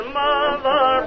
mother